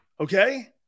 Okay